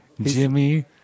Jimmy